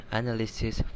analysis